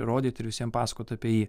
rodyt ir visiem pasakot apie jį